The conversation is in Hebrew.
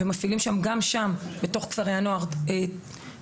ומפעילים גם שם בתוך כפרי הנוער מזון